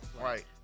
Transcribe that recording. right